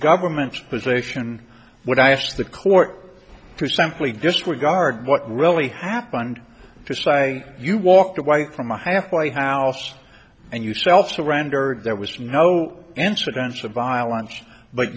government's position would i ask the court to simply disregard what really happened to say you walked away from a halfway house and you self surrendered there was no incidents of violence but